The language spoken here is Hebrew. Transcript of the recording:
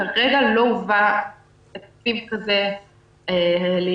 כרגע לא הובא תקציב כזה לידיעתי.